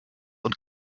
und